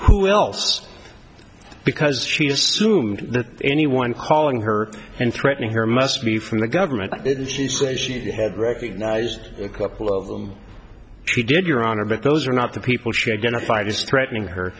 who else because she assumed that anyone calling her and threatening her must be from the government and she said she had recognized a couple of them she did your honor but those are not the people she identified as threatening her